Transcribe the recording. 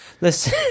Listen